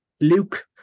Luke